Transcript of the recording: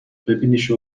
ببینیش